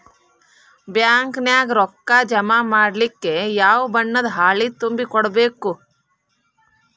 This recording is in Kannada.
ಬ್ಯಾಂಕ ನ್ಯಾಗ ರೊಕ್ಕಾ ಜಮಾ ಮಾಡ್ಲಿಕ್ಕೆ ಯಾವ ಬಣ್ಣದ್ದ ಹಾಳಿ ತುಂಬಿ ಕೊಡ್ಬೇಕು?